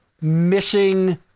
missing